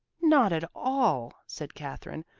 not at all, said katherine.